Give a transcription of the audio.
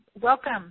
welcome